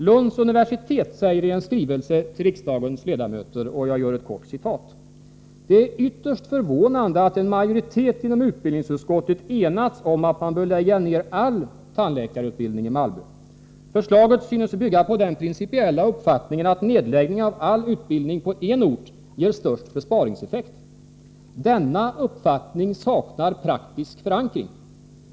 Lunds universitet säger i en skrivelse till riksdagens ledamöter: ”Det är därför ytterst förvånande att en majoritet inom utbildningsutskottet enats om att man bör lägga ner all tandläkarutbildning i Malmö. Förslaget synes bygga på den principiella uppfattningen att nedläggning av all utbildning på en ort ger störst besparingseffekt. Denna uppfattning saknar praktisk förankring.